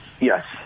Yes